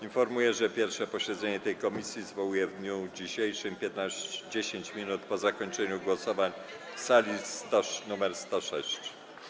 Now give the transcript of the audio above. Informuję, że pierwsze posiedzenie tej komisji zwołuję w dniu dzisiejszym 10 minut po zakończeniu głosowań w sali nr 106.